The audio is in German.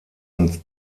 und